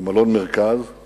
במלון "המרכז";